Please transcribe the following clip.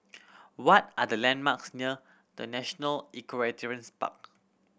what are the landmarks near The National Equestrian Park